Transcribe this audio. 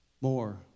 more